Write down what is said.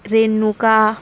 Renuka